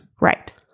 Right